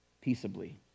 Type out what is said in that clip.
peaceably